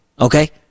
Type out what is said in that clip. Okay